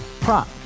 prop